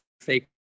fake